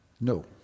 No